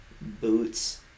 Boots